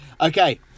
Okay